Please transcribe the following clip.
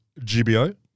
GBO